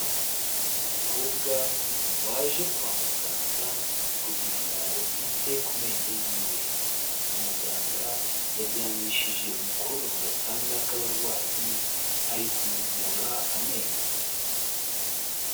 Umukobwa waje kwa muganga kugira ngo bite ku menyo yiwe. Muganga yaryamishije umukobwa ku gatanda k'abarwayi, ari kumuvura amenyo.